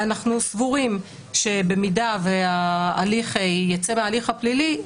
ואנחנו סבורים שבמידה שההליך יצא מההליך הפלילי,